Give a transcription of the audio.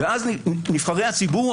ואז נבחרי הציבור,